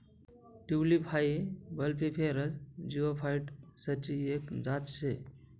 tulip हाई bulbiferous जिओफाइटसची एक जात शे